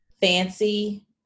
fancy